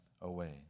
away